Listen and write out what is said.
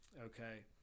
okay